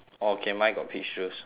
okay mine got peach juice